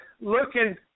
looking